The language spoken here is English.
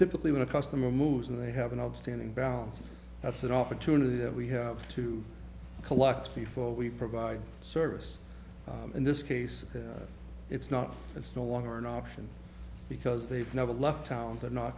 typically when a customer moves in they have an upstanding balance and that's an opportunity that we have to collect before we provide a service in this case it's not it's no longer an option because they've never left town to not